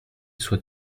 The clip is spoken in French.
soit